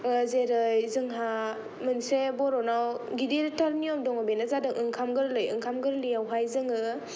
जेरै जोंहा मोनसे बर'नाव गिदिरथार नियम दं बेनो जादों ओंखाम गोरलै ओंखाम गोरलै आवहाय जोङो